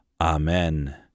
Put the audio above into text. Amen